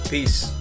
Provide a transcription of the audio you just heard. Peace